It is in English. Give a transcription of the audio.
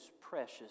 precious